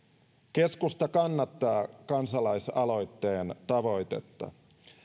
keskusta kannattaa kansalaisaloitteen tavoitetta